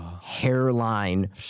hairline